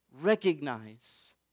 Recognize